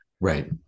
Right